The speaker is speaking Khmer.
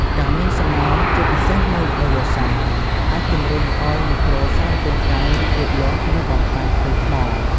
ការមានសំណើម ជាពិសេសនៅរដូវវស្សា អាចជំរុញឱ្យមីក្រូសារពាង្គកាយរីកលូតលាស់ និងបំផ្លាញផ្ទៃថ្ម។